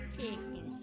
Chicken